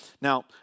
Now